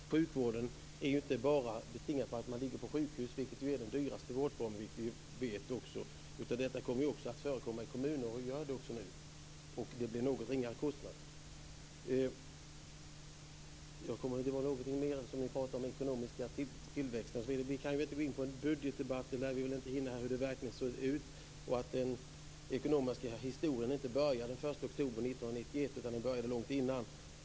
Fru talman! Sjukvård är inte bara att man får vård när man ligger på sjukhus. Det är den dyraste vårdformen, och det vet vi. Sjukvård kommer att förekomma också i kommuner och gör det redan nu. Det blir något högre kostnader. Ekonomisk tillväxt: Vi kan inte gå in på en budgetdebatt och lär väl inte hinna med det. Den ekonomiska historien började inte den 1 oktober 1991 utan långt innan.